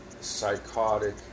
psychotic